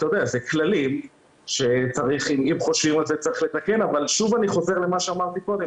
אני חוזר למה שאמרתי קודם.